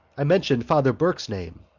i mentioned father burke's name.